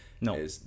No